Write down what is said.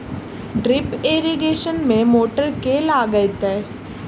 Drip irrigation मे motor केँ लागतै?